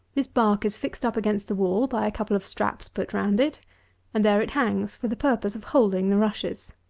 this bark is fixed up against the wall by a couple of straps put round it and there it hangs for the purpose of holding the rushes.